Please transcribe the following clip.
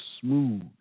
smooth